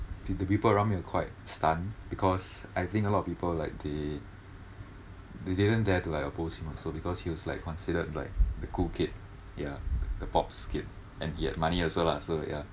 people the people around me were quite stun because I think a lot of people like they they didn't dare to like oppose him also because he was like considered like the cool kid ya the pops kid and he had money also lah so ya